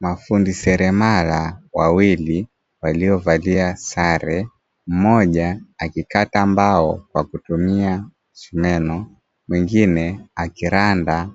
Mafundi seremala wawili waliovalia sare mmoja akikata mbao kwa kutumia msumeno mwingine akiranda